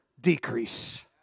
decrease